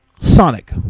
sonic